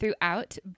throughout